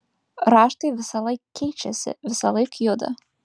raštai visąlaik keičiasi visąlaik juda